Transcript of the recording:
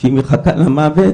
שהיא מחכה למוות,